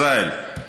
ישראל,